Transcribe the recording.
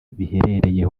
bihereye